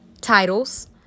titles